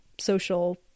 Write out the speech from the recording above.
social